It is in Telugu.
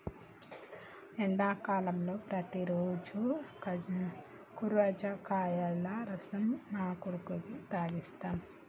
ఎండాకాలంలో ప్రతిరోజు కర్బుజకాయల రసం మా కొడుకుకి తాగిస్తాం